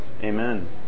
amen